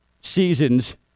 seasons